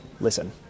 Listen